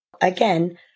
again